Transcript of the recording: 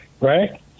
right